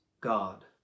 God